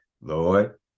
Lord